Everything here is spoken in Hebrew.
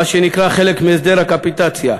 מה שנקרא חלק מהסדר הקפיטציה.